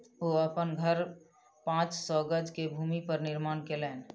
ओ अपन घर पांच सौ गज के भूमि पर निर्माण केलैन